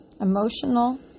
emotional